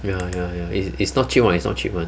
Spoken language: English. ya ya eh is it's not cheap [one] it's not cheap [one]